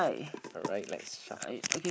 alright let's shuffle